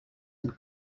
and